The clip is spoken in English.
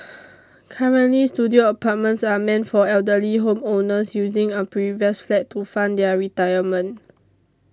currently studio apartments are meant for elderly home owners using a previous flat to fund their retirement